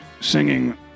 singing